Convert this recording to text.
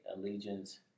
allegiance